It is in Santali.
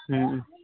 ᱦᱮᱸ